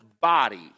body